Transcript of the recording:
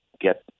get